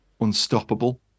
unstoppable